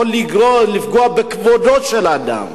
יכול לפגוע בכבודו של האדם.